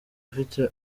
afite